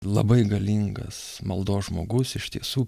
labai galingas maldos žmogus iš tiesų